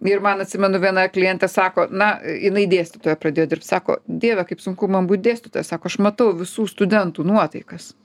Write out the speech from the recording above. ir man atsimenu vieną klientė sako na jinai dėstytoja pradėjo dirbt sako dieve kaip sunku man būt dėstytoja sako aš matau visų studentų nuotaikas